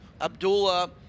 Abdullah